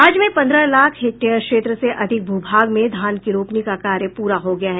राज्य में पंद्रह लाख हेक्टेयर क्षेत्र से अधिक भूभाग में धान की रोपनी का कार्य प्रा हो गया है